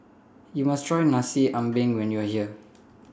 YOU must Try Nasi Ambeng when YOU Are here